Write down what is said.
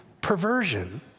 perversion